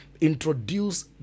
introduce